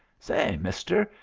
say, mister,